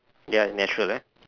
ya natural right